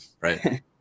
right